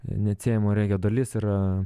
neatsiejamo regio dalis yra